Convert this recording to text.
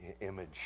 image